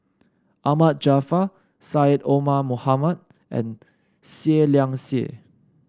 Ahmad Jaafar Syed Omar Mohamed and Seah Liang Seah